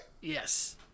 Yes